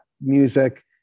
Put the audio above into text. music